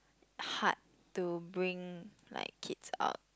hard to bring like kids out